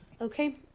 Okay